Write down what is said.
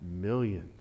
millions